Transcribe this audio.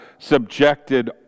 Subjected